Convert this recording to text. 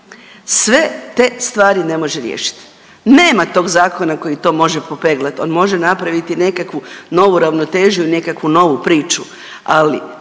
sve te stvari ne može riješit, nema tog zakona koji to može popeglat, on može napraviti nekakvu novu ravnotežu i nekakvu novu priču, ali